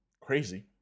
crazy